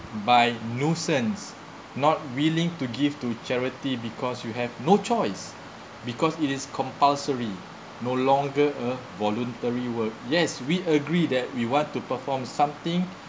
by nuisance not willing to give to charity because you have no choice because it is compulsory no longer voluntary work yes we agree that we want to perform something